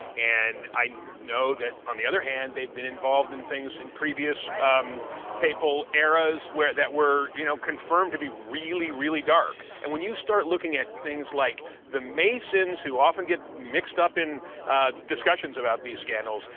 and i know that, on the other hand, they've been involved in things in previous papal eras that were, you know, confirmed to be really, really dark. and when you start looking at things like the masons, who often get mixed up in discussions about these scandals,